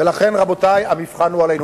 ולכן, רבותי, המבחן הוא עלינו.